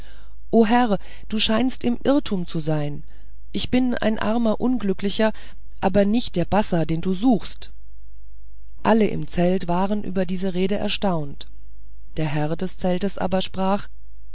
herr du scheinst im irrtum zu sein ich bin ein armer unglücklicher aber nicht der bassa den du suchst alle im zelt waren über diese rede erstaunt der herr des zeltes aber sprach